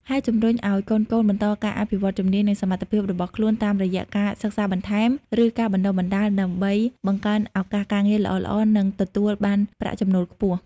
ហើយជំរុញឱ្យកូនៗបន្តការអភិវឌ្ឍជំនាញ និងសមត្ថភាពរបស់ខ្លួនតាមរយៈការសិក្សាបន្ថែម ឬការបណ្ដុះបណ្ដាល ដើម្បីបង្កើនឱកាសការងារល្អៗ និងទទួលបានប្រាក់ចំណូលខ្ពស់។